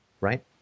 right